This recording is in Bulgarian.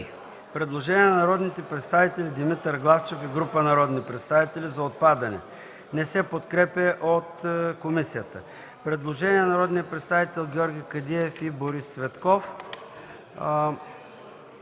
Предложение на народния представител Димитър Главчев и група народни представители за отпадане. Комисията не подкрепя предложението. Предложение на народните представители Георги Кадиев и Борис Цветков.